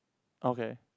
okay